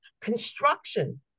construction